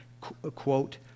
quote